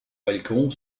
balcon